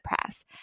press